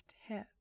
hip